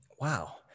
Wow